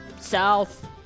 south